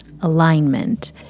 alignment